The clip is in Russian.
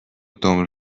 том